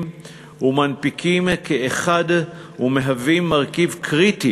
ומנפיקים כאחד ומהווים מרכיב קריטי